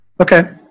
Okay